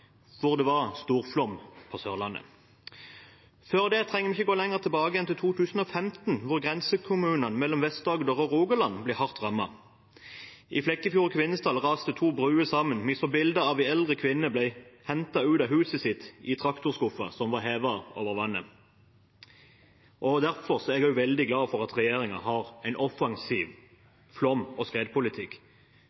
det var storflom på Sørlandet. Før det trenger vi ikke gå lenger tilbake enn til 2015, da grensekommunene mellom Vest-Agder og Rogaland ble hardt rammet. I Flekkefjord og Kvinesdal raste to broer sammen. Vi så bilder av en eldre kvinne som ble hentet ut av huset sitt i en traktorskuffe som var hevet over vannet. Derfor er jeg veldig glad for at regjeringen har en offensiv